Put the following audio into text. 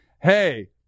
Hey